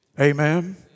Amen